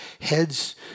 heads